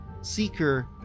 Seeker